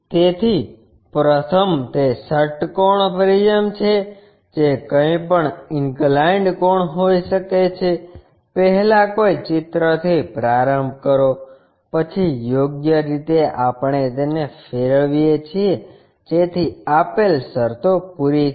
તેથી પ્રથમ તે ષટ્કોણ પ્રિઝમ છે જે કંઇ પણ ઇન્કલાઇન્ડ કોણ હોઈ શકે છે પહેલા કોઈ ચિત્રથી પ્રારંભ કરો પછી યોગ્ય રીતે આપણે તેને ફેરવીએ છીએ જેથી આપેલ શરતો પૂરી થાય